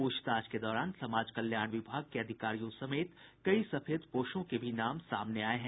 प्रछताछ के दौरान समाज कल्याण विभाग के अधिकारियों समेत कई सफेदपोशों के नाम सामने आये हैं